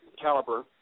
caliber